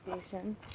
station